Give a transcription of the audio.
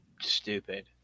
stupid